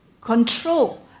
control